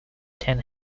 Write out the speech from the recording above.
ten